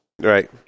Right